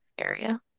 area